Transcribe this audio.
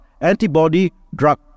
antibody-drug